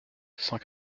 cent